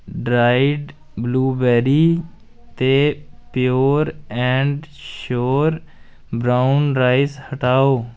dried blueberry ते pure and sure brown rice हटाओ